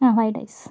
ആ five days